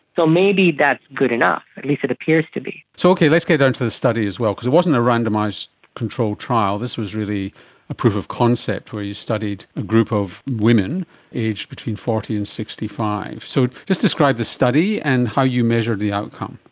so maybe that's good enough, or at least it appears to be. so okay, let's get down um to the study as well because it wasn't a randomised controlled trial, this was really a proof of concept where you studied a group of women aged between forty and sixty five. so just describe the study and how you measured the outcome.